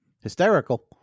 Hysterical